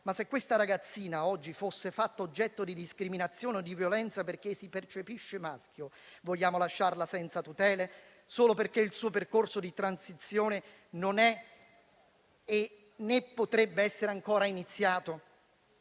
ma se questa ragazzina oggi fosse fatto oggetto di discriminazione e di violenza, perché si percepisce maschio, vogliamo lasciarla senza tutele solo perché il suo percorso di transizione non è, né potrebbe essere ancora iniziato?